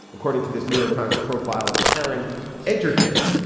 according to this new york times profile of taryn edgerton,